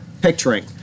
picturing